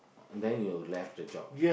then you left the job